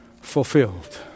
fulfilled